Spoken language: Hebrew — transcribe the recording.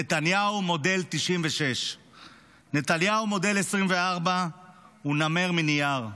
נתניהו מודל 1996. נתניהו מודל 2024 הוא נמר מנייר.